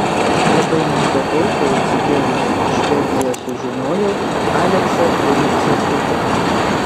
labai nustebau kai atsikėlusi į švediją sužinojau aleksę turint sesutę